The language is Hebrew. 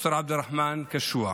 ד"ר עבד אלרחמן קשוע,